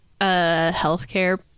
healthcare